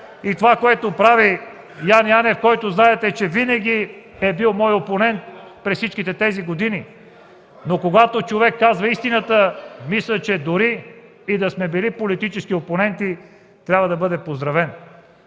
за това, което прави Яне Янев, който, знаете, че винаги е бил мой опонент през всичките тези години, но когато човек казва истината, мисля, че дори да сме били политически опоненти, трябва да бъде поздравен.